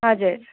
हजुर